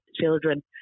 children